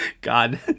God